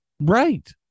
Right